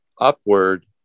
upward